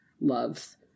loves